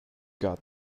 got